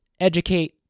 educate